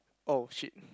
oh shit